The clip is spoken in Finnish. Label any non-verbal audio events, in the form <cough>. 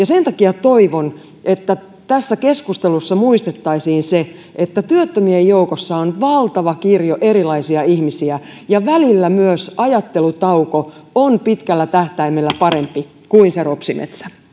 <unintelligible> sen takia toivon että tässä keskustelussa muistettaisiin se että työttömien joukossa on valtava kirjo erilaisia ihmisiä ja välillä myös ajattelutauko on pitkällä tähtäimellä parempi kuin se propsimetsä